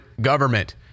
government